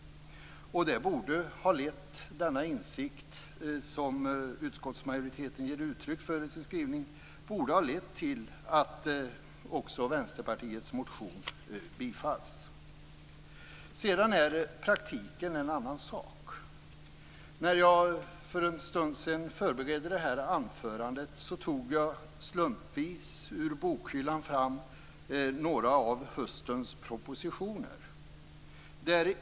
Denna insikt, som utskottsmajoriteten ger uttryck för i sin skrivning, borde leda till ett bifall av Vänsterpartiets motion. Praktiken är en annan sak. När jag för en stund sedan förberedde mitt anförande tog jag slumpvis fram några av höstens propositioner från bokhyllan.